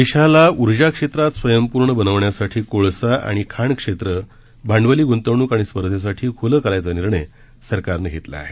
देशाला ऊर्जा क्षेत्रात स्वयंपूर्ण बनवण्यासाठी कोळसा आणि खाण क्षेत्र भांडवली गुंतवणूक आणि स्पर्धेसाठी खुलं करण्याचा निर्णय सरकारनं घेतला आहे